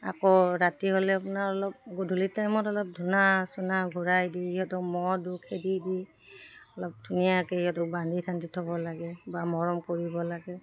আকৌ ৰাতি হ'লে আপোনাৰ অলপ গধূলি টাইমত অলপ ধূনা চুনা ঘূৰাই দি সিহঁতক মহ দু খেদি দি অলপ ধুনীয়াকৈ সিহঁতক বান্ধি চান্ধি থ'ব লাগে বা মৰম কৰিব লাগে